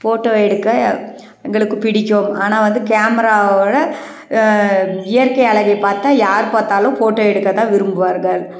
photo எடுக்க எங்களுக்கு பிடிக்கும் ஆனால் வந்து கேமராவோடு இயற்கை அழகை பார்த்தா யார் பார்த்தாலும் ஃபோட்டோ எடுக்க தான் விரும்புவார்கள்